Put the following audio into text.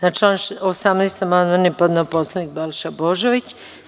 Na član 18. amandman je podneo narodni poslanik Balša Božović.